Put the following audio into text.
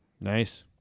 Nice